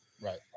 right